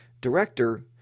director